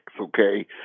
okay